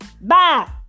Bye